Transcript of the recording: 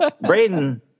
Braden